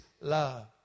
love